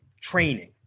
training